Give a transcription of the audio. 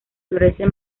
florece